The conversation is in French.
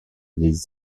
des